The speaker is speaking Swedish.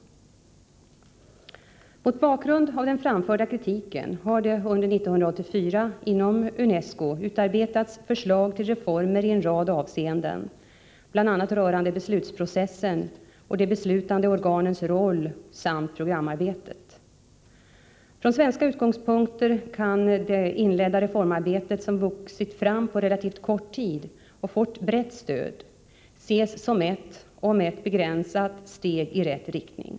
UNESCO:s Mot bakgrund av den framförda kritiken har det under 1984 inom verksamhet UNESCO utarbetats förslag till reformer i en rad avseenden, bl.a. rörande beslutsprocessen och de beslutande organens roll samt programarbetet. Från svenska utgångspunkter kan det inledda reformarbetet, som vuxit fram på relativt kort tid och fått brett stöd, ses som ett, om än begränsat, steg i rätt riktning.